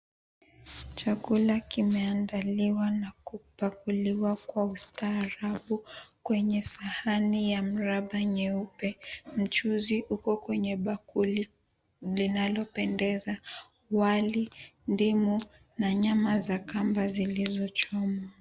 Chakula kimeandaliwa na kupakuliwa kwa ustaarabu kwenye sahani ya mraba nyeupe. Mchuzi uko kwenye bakuli linalopendeza. Wali, ndimu, na nyama za kamba zinazochomwa.